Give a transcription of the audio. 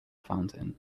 fountain